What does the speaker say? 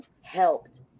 helped